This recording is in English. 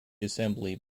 assembly